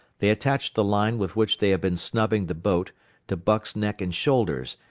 they attached the line with which they had been snubbing the boat to buck's neck and shoulders,